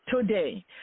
Today